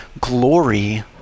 glory